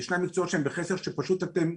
ישנם מקצועות שהם בחסר שפשוט אתם,